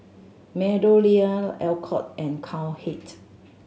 MeadowLea Alcott and Cowhead